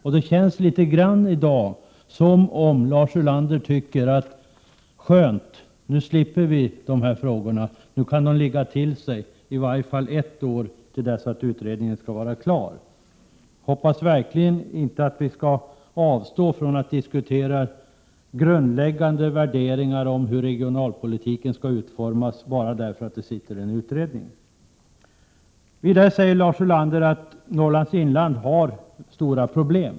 I dag känns det litet grand som om Lars Ulander skulle tycka: Skönt, nu slipper vi de här frågorna, nu kan de ligga till sig — i varje fall ett år tills utredningen är klar. Jag hoppas verkligen att vi inte avstår från att diskutera grundläggande värderingar om hur regionalpolitiken skall utformas bara av den anledningen att det pågår en utredning. Vidare sade Lars Ulander att Norrlands inland har stora problem.